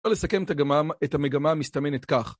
בוא נסכם את המגמה המסתמנת כך